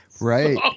Right